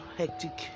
hectic